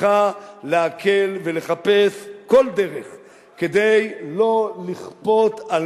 צריכה להקל ולחפש כל דרך כדי לא לכפות על